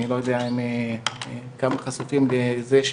אני לא יודע כמה חשופים לזה,